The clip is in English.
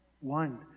One